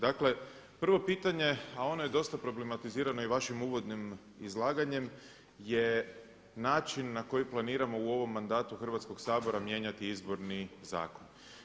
Dakle, prvo pitanje, a ono je dosta problematizirano i vašim uvodnim izlaganjem, je način na koji planiramo u ovom mandatu Hrvatskog sabora mijenjati Izborni zakon.